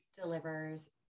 delivers